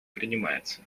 принимается